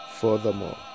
Furthermore